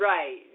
Right